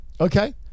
Okay